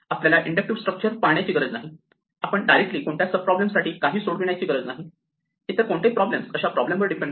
आपल्याला inductive structure पाळण्याची गरज नाही आपण डायरेक्टलि कोणत्या सब प्रॉब्लेम साठी काहीही सोडविण्याची गरज नाही इतर कोणते प्रॉब्लेम्स अशा प्रॉब्लेम वर डिपेंड आहेत